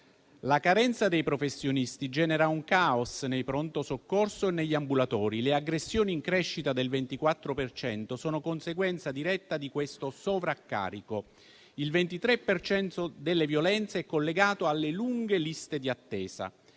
La carenza dei professionisti genera un caos nei pronto soccorso e negli ambulatori, le aggressioni in crescita del 24 per cento sono conseguenza diretta di questo sovraccarico. Il 23 per cento delle violenze è collegato alle lunghe liste di attesa.